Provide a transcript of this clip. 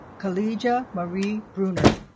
kaliyah marie bruner